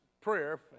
prayer